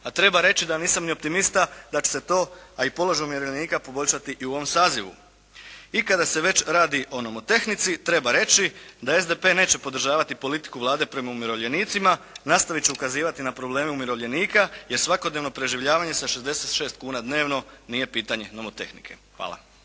a treba reći da nisam ni optimista da će se to, a i položaj umirovljenika poboljšati i u ovom sazivu. I kada se već radi o nomotehnici, treba reći da SDP neće podržavati politiku Vlade prema umirovljenicima, nastavit ću ukazivati na probleme umirovljenika jer svakodnevno preživljavanje sa 66 kuna dnevno nije pitanje nomotehnike. Hvala.